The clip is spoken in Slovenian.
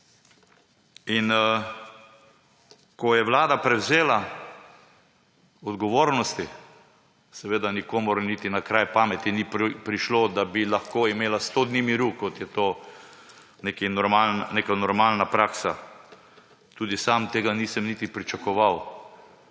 Ko je vlada prevzela odgovornosti, nikomur niti na kraj pameti ni prišlo, da bi lahko imela 100 dni miru, kot je to neka normalna praksa. Tudi sam tega nisem niti pričakoval,